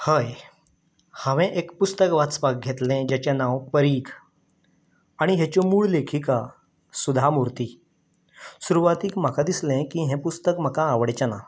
हय हांवे एक पुस्तक वाचपाक घेतलें जेचें नांव परीघ आनी हेच्यो मूळ लेखीका सुधा मुर्ती सुरवातेक म्हाका दिसलें की हें पुस्तक म्हाका आवडचेंना